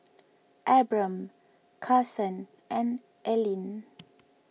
Abram Carson and Ellyn